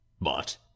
But